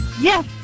Yes